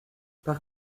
par